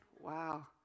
Wow